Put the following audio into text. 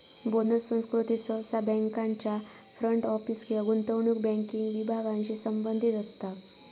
bonus संस्कृती सहसा बँकांच्या फ्रंट ऑफिस किंवा गुंतवणूक बँकिंग विभागांशी संबंधित असता